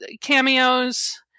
cameos